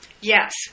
Yes